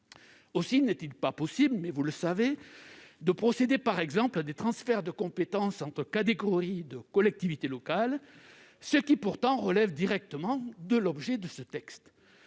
Aussi n'est-il pas possible de procéder, par exemple, à des transferts de compétences entre catégories de collectivités locales, ce qui pourtant relève directement de l'objet de ce texte.